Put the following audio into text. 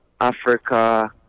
Africa